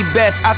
best